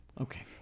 okay